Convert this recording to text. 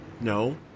No